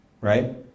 Right